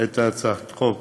את הצעת חוק